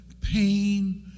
pain